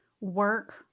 work